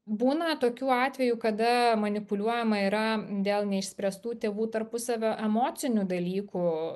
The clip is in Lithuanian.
būna tokių atvejų kada manipuliuojama yra dėl neišspręstų tėvų tarpusavio emocinių dalykų